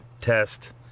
Test